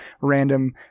random